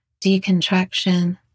decontraction